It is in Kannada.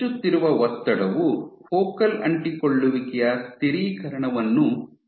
ಹೆಚ್ಚುತ್ತಿರುವ ಒತ್ತಡವು ಫೋಕಲ್ ಅಂಟಿಕೊಳ್ಳುವಿಕೆಯ ಸ್ಥಿರೀಕರಣವನ್ನು ಅನುಮತಿಸುತ್ತದೆ